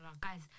Guys